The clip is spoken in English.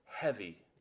heavy